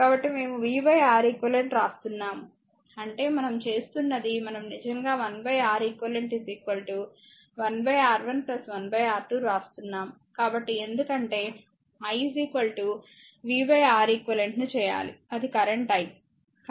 కాబట్టి మేము v R eq వ్రాస్తున్నాము అంటే మనం చేస్తున్నది మనం నిజంగా 1 R eq 1 R1 1 R2 వ్రాస్తున్నాము కాబట్టి ఎందుకంటే i v R eq ను చేయాలి అది కరెంట్ i